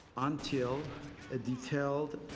until a detailed